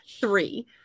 three